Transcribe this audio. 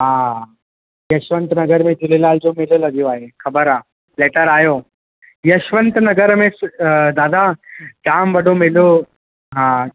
हा यशवंत नगर में झूलेलाल जो मेलो लॻो आहे ख़बरु आहे लैटर आयो यशवंत नगर में दादा जामु वॾो मेलो हा